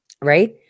right